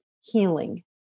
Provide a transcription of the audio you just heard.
healing